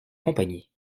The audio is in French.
compagnie